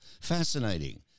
Fascinating